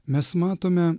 mes matome